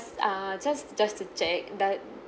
err just just to check does